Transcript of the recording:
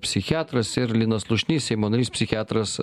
psichiatras linas slušnys seimo narys psichiatras